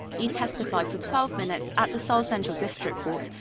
lee testified for twelve minutes at the seoul central district court,